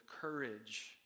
courage